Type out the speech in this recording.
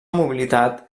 mobilitat